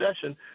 session